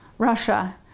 Russia